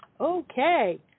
Okay